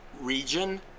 region